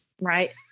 right